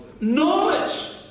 knowledge